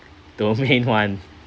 domain one